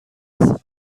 نیست